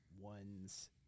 One's